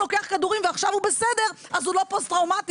לוקח כדורים ועכשיו הוא בסדר אז הוא לא פוסט טראומי,